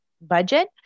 budget